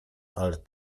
ale